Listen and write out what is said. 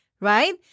right